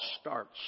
starts